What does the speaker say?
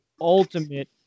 ultimate